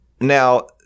now